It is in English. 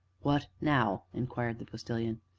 what now? inquired the postilion.